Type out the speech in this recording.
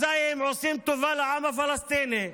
אז הם עושים טובה לעם הפלסטיני.